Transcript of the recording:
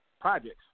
projects